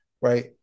right